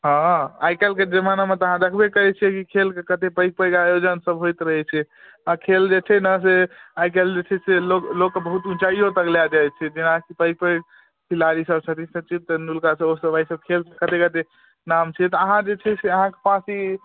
हँ आइ काल्हिके जमानामे तऽ अहाँ देखबे करैत छियै कि खेलके कतेक पैघ पैघ आयोजन सब होइत रहैत छै आ खेल जे छै ने से आइ काल्हि जे छै से लोक लोककेँ बहुत ऊँचाइओ तक लए जाइत छै जेनाकि पैघ पैघ खिलाड़ी सब छथिन सचिन तेन्दुलकर सब ओहो सब एहिसँ खेल कऽ कतेक कतेक नाम छै अहाँ जे छै से अहाँके पास ई